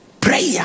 prayer